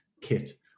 Kit